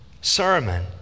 sermon